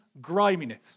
griminess